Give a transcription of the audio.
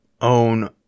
own